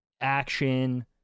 action